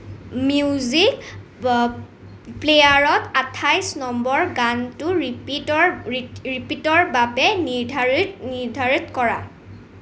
music প্লেয়াৰত আঠাইছ নম্বৰ গানটো ৰিপিটৰ ৰিপিটৰ বাবে নিৰ্ধাৰিত নিৰ্ধাৰিত কৰা